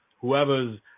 whoever's